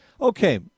okay